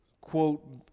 quote